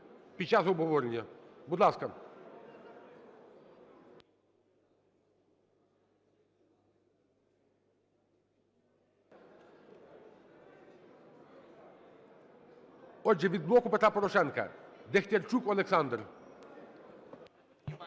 під час обговорення. Будь ласка. Отже, від "Блоку Петра Порошенка" Дехтярчук Олександр.